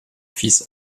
fils